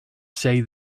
say